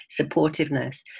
supportiveness